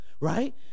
right